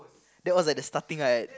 that was at the starting right